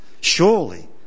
Surely